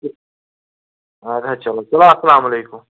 اَدٕ حظ چلو چلو اسلام علیکُم